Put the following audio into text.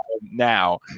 now